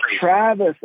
Travis